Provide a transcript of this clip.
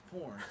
porn